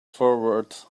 forward